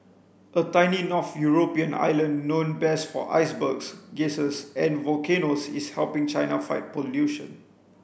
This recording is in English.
a tiny north European island known best for icebergs geysers and volcanoes is helping China fight pollution